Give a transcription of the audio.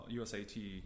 USAT